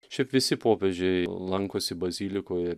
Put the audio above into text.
šiaip visi popiežiai lankosi bazilikoje